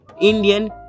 Indian